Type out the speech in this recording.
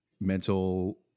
mental